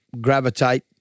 gravitate